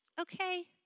okay